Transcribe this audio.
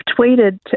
tweeted